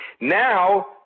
now